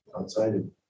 outside